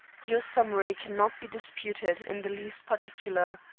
your summary cannot be disputed in the least particular.